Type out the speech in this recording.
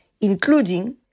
including